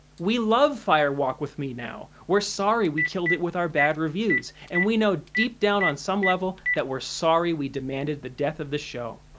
we love fire walk with me now, we're sorry we killed it with our bad reviews, and we know deep down on some level that we're sorry we demanded the death of the show.